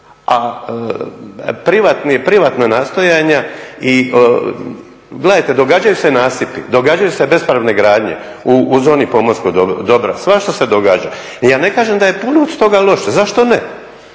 privatna nastojanja i gledajte događaju se nasipi, događaju se bespravne gradnje u zoni pomorskog dobra, svašta se događa. Ja ne kažem da je puno od toga loše, zašto ne?